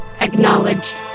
Acknowledged